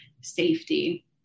safety